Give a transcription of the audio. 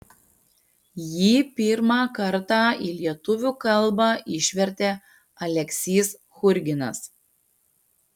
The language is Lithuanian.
jį pirmą kartą į lietuvių kalbą išvertė aleksys churginas